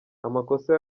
amakosa